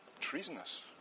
Treasonous